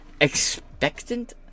Expectant